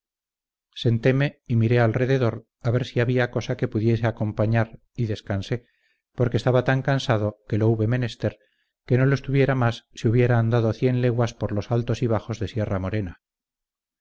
senteme y miré alrededor a ver si había cosa que pudiese acompañar y descansé porque estaba tan cansado que lo hube menester que no lo estuviera mas si hubiera andado cien leguas por los altos y bajos de sierra morena